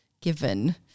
given